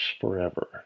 forever